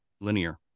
linear